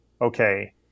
okay